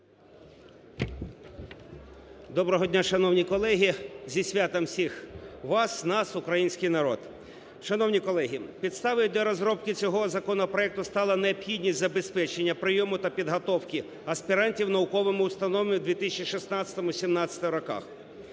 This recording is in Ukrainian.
Доброго дня, шановні колеги. Зі святом всіх вас, нас, український народ! Шановні колеги, підставою для розробки цього законопроекту стала необхідність забезпечення прийому та підготовки аспірантів науковими установами в 2016-17 роках.